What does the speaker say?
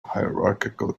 hierarchical